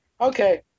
Okay